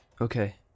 okay